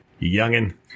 youngin